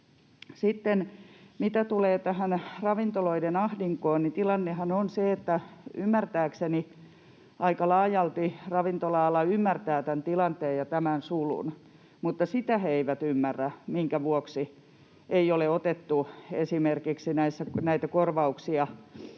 Sitten mitä tulee tähän ravintoloiden ahdinkoon, niin tilannehan on se, että ymmärtääkseni aika laajalti ravintola-ala ymmärtää tämän tilanteen ja tämän sulun, mutta sitä he eivät ymmärrä, minkä vuoksi ei ole otettu esimerkiksi näitä korvauksia